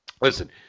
Listen